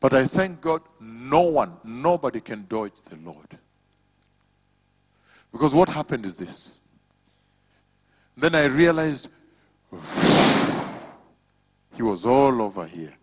but i think got no one nobody can do it and no because what happened is this then i realized he was all over here